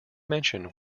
mention